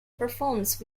performances